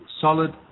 solid